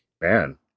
Man